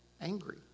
angry